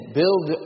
build